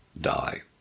die